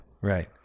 right